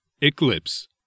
eclipse